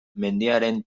mendiaren